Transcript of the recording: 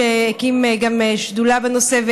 שהקים שדולה בנושא,